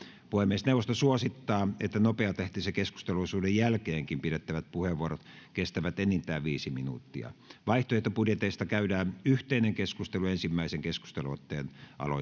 puhemiesneuvosto suosittaa että nopeatahtisen keskusteluosuuden jälkeenkin pidettävät puheenvuorot kestävät enintään viisi minuuttia vaihtoehtobudjeteista käydään yhteinen keskustelu ensimmäisen keskustelualoitteen